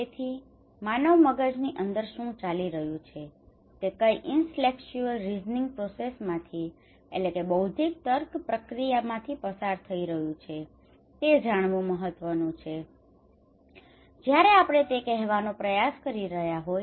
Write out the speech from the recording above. તેથી માનવ મગજની અંદર શું ચાલી રહ્યું છે તે કઇ ઇન્ટલેક્ચુઅલ રીઝનિંગ પ્રોસેસમાંથી intellectual reasoning process બૌદ્ધિક તર્ક પ્રક્રિયા પસાર થઈ રહ્યું છે તે જાણવું મહત્વનું છે જ્યારે આપણે તે કહેવાનો પ્રયાસ કરી રહ્યાં હોય